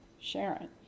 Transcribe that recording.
Sharon